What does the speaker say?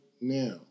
now